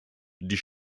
die